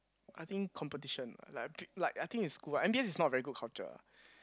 I think competition like a bit like I think in school right m_b_s is not very good culture